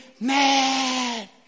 mad